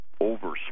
over